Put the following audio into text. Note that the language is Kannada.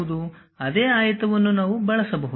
ಅದೇ ಆಯತವನ್ನು ನಾವು ಬಳಸಬಹುದು